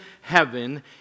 heaven